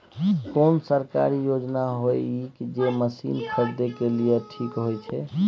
कोन सरकारी योजना होय इ जे मसीन खरीदे के लिए ठीक होय छै?